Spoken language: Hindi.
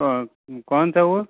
कौन कौन था वो